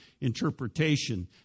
interpretation